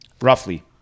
roughly